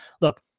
look